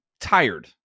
tired